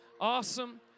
awesome